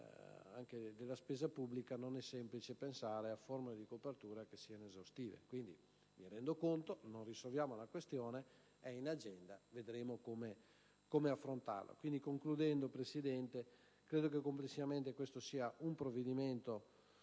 anche della spesa pubblica non è semplice pensare a forme di copertura che siano esaustive. Quindi, mi rendo conto che non risolviamo la questione; è in agenda e vedremo come affrontarla. In conclusione, signor Presidente, credo che questo sia complessivamente un provvedimento